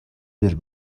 bir